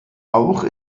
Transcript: auch